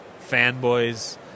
Fanboys